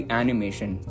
animation